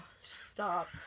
Stop